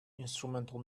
instrumental